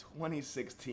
2016